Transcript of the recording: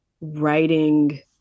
writing